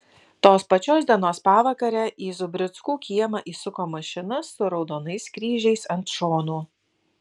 tos pačios dienos pavakare į zubrickų kiemą įsuko mašina su raudonais kryžiais ant šonų